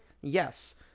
Yes